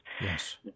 Yes